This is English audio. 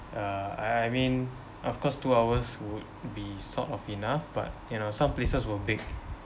uh I I mean of course two hours would be sort of enough but you know some places were big